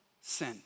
sin